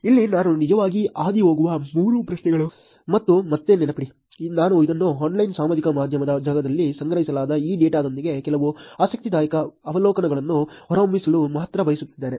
ಇಲ್ಲಿ ನಾನು ನಿಜವಾಗಿ ಹಾದುಹೋಗುವ ಮೂರು ಪ್ರಶ್ನೆಗಳು ಮತ್ತು ಮತ್ತೆ ನೆನಪಿಡಿ ನಾನು ಇದನ್ನು ಆನ್ಲೈನ್ ಸಾಮಾಜಿಕ ಮಾಧ್ಯಮದ ಜಾಗದಲ್ಲಿ ಸಂಗ್ರಹಿಸಲಾದ ಈ ಡೇಟಾದೊಂದಿಗೆ ಕೆಲವು ಆಸಕ್ತಿದಾಯಕ ಅವಲೋಕನಗಳನ್ನು ಹೊರಹೊಮ್ಮಿಸಲು ಮಾತ್ರ ಬಳಸುತ್ತಿದ್ದೇನೆ